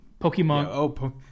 Pokemon